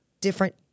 different